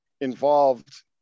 involved